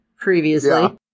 previously